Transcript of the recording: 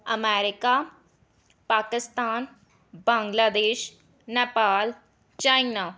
America Pakistan Bangladesh Nepal China